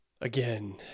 Again